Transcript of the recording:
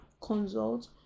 Consult